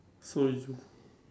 so did you